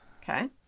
Okay